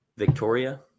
Victoria